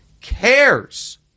cares